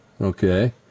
okay